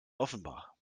offenbach